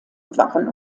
waren